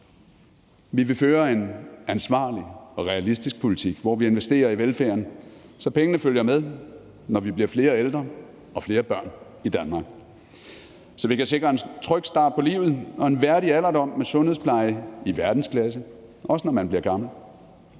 Vi vil føre en ansvarlig og realistisk politik, hvor vi investerer i velfærden, så pengene følger med, når der bliver flere ældre og flere børn i Danmark; så vi kan sikre en tryg start på livet og en værdig alderdom med sundhedspleje i verdensklasse, også når man bliver gammel;